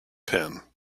pen